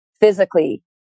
physically